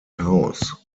house